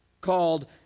called